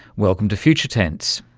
welcome to future tense.